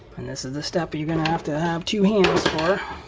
and this is the step but you're gonna have to have two hands for,